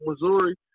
Missouri